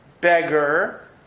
beggar